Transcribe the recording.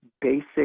basic